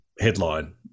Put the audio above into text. headline